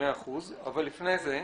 מאה אחוז אבל לפני זה,